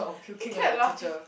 he kept laughing